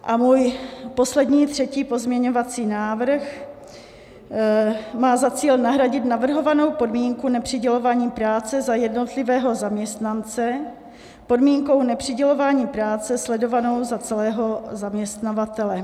A můj poslední, třetí pozměňovací návrh má za cíl nahradit navrhovanou podmínku nepřidělování práce za jednotlivého zaměstnance podmínkou nepřidělování práce sledovanou za celého zaměstnavatele.